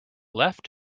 left